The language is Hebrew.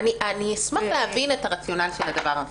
אשמח להבין את הרציונל של זה.